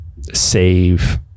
save